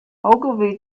ogilvy